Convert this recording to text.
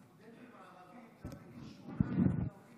הסטודנטים הערבים בגיל 18 הולכים